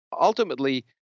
ultimately